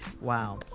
Wow